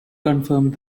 confirmed